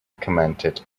commented